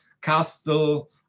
castle